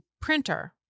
printer